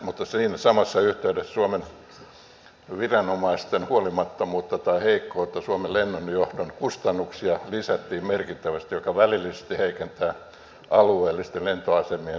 mutta siinä samassa yhteydessä suomen viranomaisten huolimattomuutta tai heikkoutta suomen lennonjohdon kustannuksia lisättiin merkittävästi mikä välillisesti heikentää alueellisten lentoasemien toimintaedellytyksiä